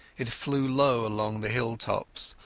it flew low along the hill-tops,